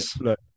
look